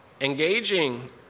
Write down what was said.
engaging